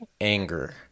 anger